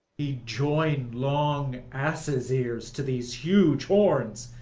he'd join long asses' ears to these huge horns,